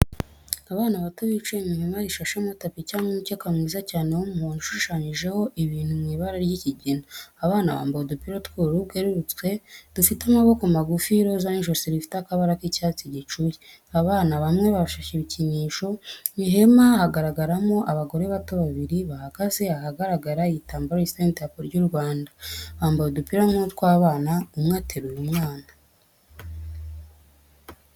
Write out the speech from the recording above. Abana bato, bicaye mu ihema, rishashemo tapi cyangwa umukeka mwiza cyane w'umuhondo ushushanyijeho ibintu mu ibara ry'ikigina. Abana bambaye udupira tw'ubururu bwerurutse, dufite amaboko magufi y'iroza n'ijosi rifite akabara k'icyatsi gicuye. Abana bamwe bafashe ibikinisho. Mu ihema hagaragaramo abagore bato babiri, bahagaze ahagaragara igitambaro gisa n'idarapo ry'u Rwanda, bambaye udupira nk'utw'abana, umwe ateruye umwana.